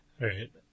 Right